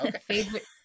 favorite